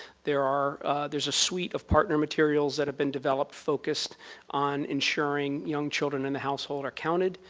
there are there's a suite of partner materials that have been developed, focused on ensuring young children in the household are counted.